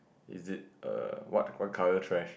is it err what what color trash